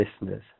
listeners